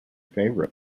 favorite